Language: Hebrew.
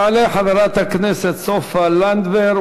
תעלה חברת הכנסת סופה לנדבר,